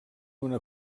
una